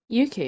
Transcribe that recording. UK